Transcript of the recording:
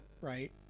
right